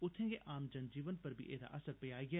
उत्थें गै आम जनजीवन पर बी एह्दा असर पेया ऐ